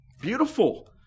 Beautiful